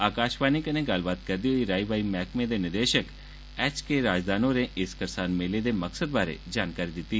आकाशवाणी कन्नै गल्लबात करदे होई राई बाई मैहकमे दे निदेशक एच के राजदान होरें इस करसान मेले दे मकसद बारै जानकारी दिती